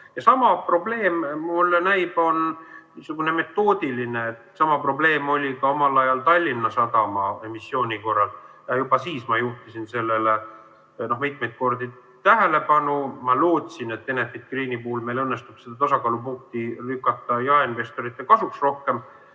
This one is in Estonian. on, nagu mulle näib, niisugune metoodiline. Sama probleem oli omal ajal Tallinna Sadama emissiooni korral. Juba siis ma juhtisin sellele mitmeid kordi tähelepanu. Ma lootsin, et Enefit Greeni puhul meil õnnestub seda tasakaalupunkti lükata jaeinvestorite kasuks rohkem.